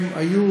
הם היו